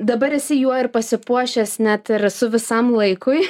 dabar esi juo ir pasipuošęs net ir su visam laikui